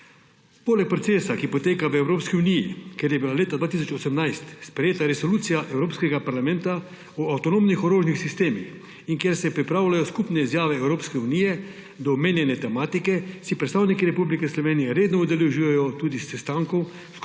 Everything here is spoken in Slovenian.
Poleg procesa, ki poteka v Evropski uniji, kjer je bila leta 2018 sprejeta Resolucija Evropskega parlamenta o avtonomnih orožnih sistemih in kjer se pripravljajo skupne izjave Evropske unije do omenjene tematike, se predstavniki Republike Slovenije redno udeležujejo tudi sestankov